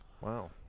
Wow